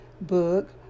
book